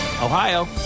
Ohio